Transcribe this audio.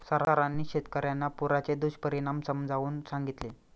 सरांनी शेतकर्यांना पुराचे दुष्परिणाम समजावून सांगितले